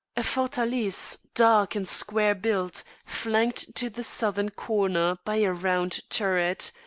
a fortalice dark and square-built, flanked to the southern corner by a round turret,